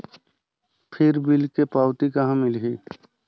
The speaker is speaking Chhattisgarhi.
फिर बिल के पावती कहा मिलही?